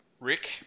Rick